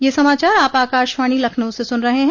ब्रे क यह समाचार आप आकाशवाणी लखनऊ से सुन रहे हैं